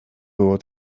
było